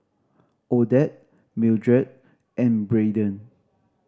Odette Mildred and Brayden